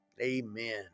amen